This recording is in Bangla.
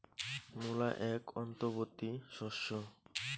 মূলা এক অন্তবর্তী শস্য